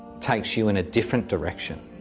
takes you in a different direction.